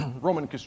Roman